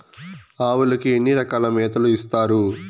ఆవులకి ఎన్ని రకాల మేతలు ఇస్తారు?